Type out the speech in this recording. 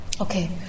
Okay